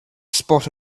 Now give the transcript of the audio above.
spot